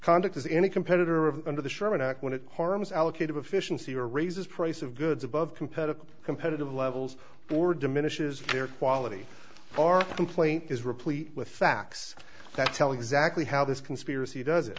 conduct is any competitor of under the sherman act when it harms allocative efficiency or raises price of goods above competitive competitive levels or diminishes their quality our complaint is replete with facts that tell exactly how this conspiracy does